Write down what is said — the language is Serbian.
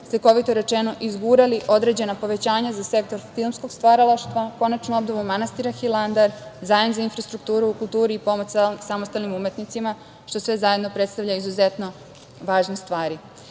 slikovito rečeno izgurali određena povećanja za sektor filmskog stvaralaštva, konačno odu u manastir Hilandar, zajam za infrastrukturu u kulturi i pomoć samostalnim umetnicima, što sve zajedno predstavlja izuzetno važne stvari.